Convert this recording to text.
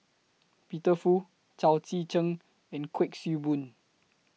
Peter Fu Chao Tzee Cheng and Kuik Swee Boon